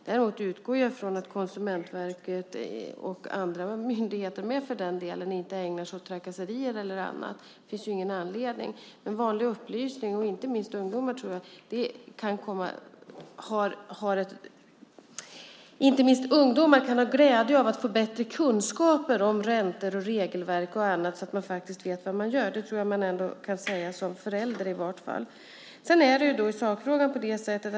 Däremot utgår jag ifrån att Konsumentverket, och för den delen andra myndigheter, inte ägnar sig åt trakasserier eller annat. Det finns ingen anledning till det. Men inte minst ungdomar kan ha glädje av att få vanlig upplysning och bättre kunskaper om räntor, regelverk och annat så att de faktiskt vet vad de gör. Det tror jag att jag i varje fall kan säga som förälder.